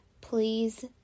please